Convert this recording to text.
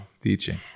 teaching